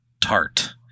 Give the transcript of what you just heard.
Tart